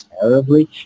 terribly